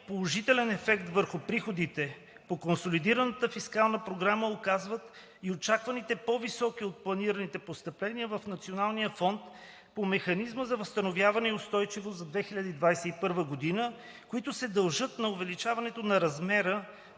положителен ефект върху приходите по консолидираната фискална програма оказват и очакваните по високи от планираните постъпления в Националния фонд по Механизма за възстановяване и устойчивост за 2021 г., които се дължат на увеличението на размера